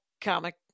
comic